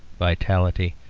vitality,